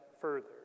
further